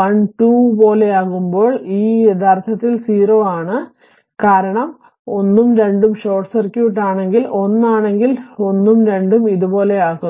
1 2 പോലെയാകുമ്പോൾ ഇത് യഥാർത്ഥത്തിൽ 0 ആണ് കാരണം 1 ഉം 2 ഉം ഷോർട്ട് സർക്യൂട്ട് ആണെങ്കിൽ 1 ആണെങ്കിൽ 1 ഉം 2 ഉം ഇതുപോലെയാക്കുന്നു